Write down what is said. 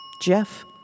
Jeff